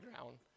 ground